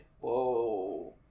Whoa